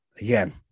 Again